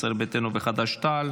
ישראל ביתנו וחד"ש-תע"ל.